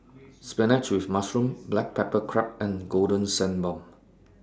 Spinach with Mushroom Black Pepper Crab and Golden Sand Bun